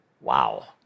Wow